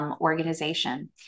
organization